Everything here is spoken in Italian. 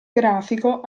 grafico